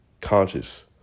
conscious